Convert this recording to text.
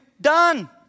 done